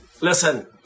Listen